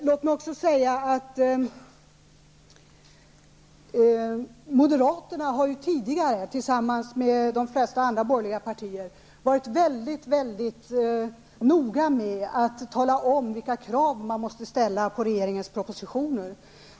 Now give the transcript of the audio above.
Låt mig också säga att moderaterna tidigare tillsammans med de flesta andra borgerliga partier har varit mycket noga med att tala om vilka krav man måste ställa på regeringens propositioner.